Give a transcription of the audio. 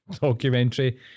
documentary